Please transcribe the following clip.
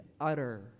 utter